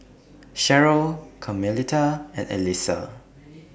Cherryl Carmelita and Elyssa